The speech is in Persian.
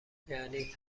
یعنی